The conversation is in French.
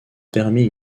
permis